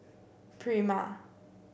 prima